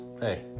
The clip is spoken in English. hey